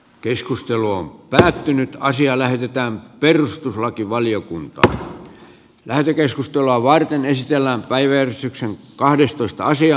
keskustelu on päättynyt ja asia lähetetään perustuslakivaliokuntaan hyvään lopputulokseen mitä tässä yhdessä tavoitellaan